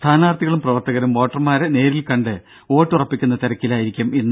സ്ഥാനാർത്ഥികളും പ്രവർത്തകരും വോട്ടർമാരെ നേരിൽ കണ്ട് വോട്ട് ഉറപ്പിക്കുന്ന തിരക്കിലായിരിക്കും ഇന്ന്